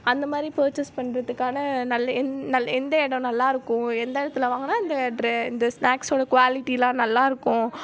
அந்த மாதிரி பர்ச்சேஸ் பண்றதுக்கான நல்ல எந் நல்ல எந்த இடம் நல்லாயிருக்கும் எந்த இடத்துல வாங்கினா இந்த டிரெ இந்த ஸ்நாக்ஸோடய குவாலிட்டிலாம் நல்லாயிருக்கும்